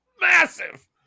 massive